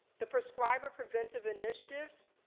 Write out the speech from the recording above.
the prescriber preventive initiative,